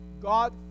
God